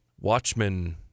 Watchmen